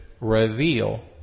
reveal